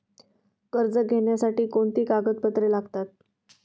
कर्ज घेण्यासाठी कोणती कागदपत्रे लागतात?